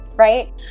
right